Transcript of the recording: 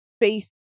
face